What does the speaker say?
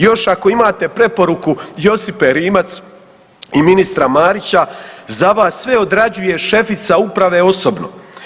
Još ako imate preporuku Josipe Rimac i ministra Marića za vas sve odrađuje šefica uprave osobno.